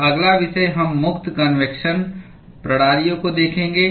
और अगला विषय हम मुक्त कन्वेक्शन प्रणालियों को देखेंगे